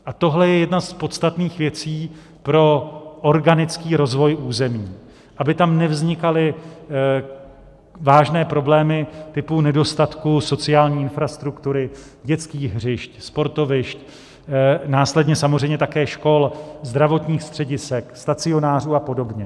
A tohle je jedna z podstatných věcí pro organický rozvoj území, aby tam nevznikaly vážné problémy typu nedostatku sociální infrastruktury, dětských hřišť, sportovišť, následně samozřejmě také škol, zdravotních středisek, stacionářů a podobně.